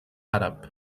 àrab